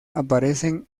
aparecen